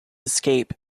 escape